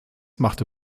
machte